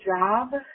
Job